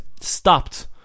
stopped